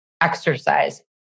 exercise